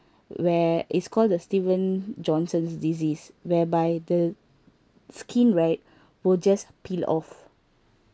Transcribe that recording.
where is called the steven johnson's disease whereby the skin right will just peel off